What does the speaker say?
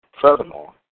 Furthermore